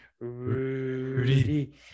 Rudy